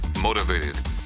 motivated